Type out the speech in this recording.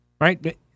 Right